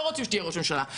לא רוצים שתהיה ראש הממשלה.